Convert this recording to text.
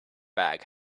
bag